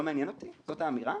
לא מעניין אותי זאת האמירה?